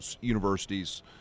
universities